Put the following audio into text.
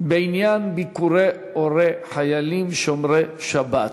בעניין ביקורי הורי חיילים שומרי שבת.